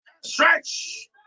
Stretch